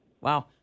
Wow